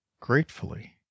gratefully